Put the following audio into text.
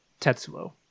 Tetsuo